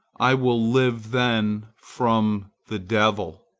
i will live then from the devil.